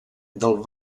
del